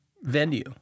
venue